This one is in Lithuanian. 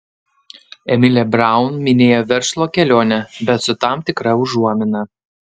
emilė braun minėjo verslo kelionę bet su tam tikra užuomina